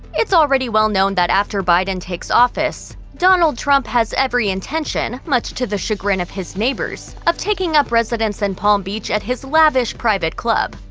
it's already well known that after biden takes office, donald trump has every intention, much to the chagrin of his neighbors, of taking up residence in palm beach at his lavish private club.